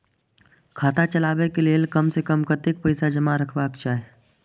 खाता चलावै कै लैल कम से कम कतेक पैसा जमा रखवा चाहि